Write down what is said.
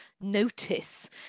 notice